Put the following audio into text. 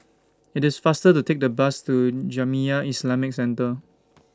IT IS faster to Take The Bus to Jamiyah Islamic Centre